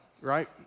right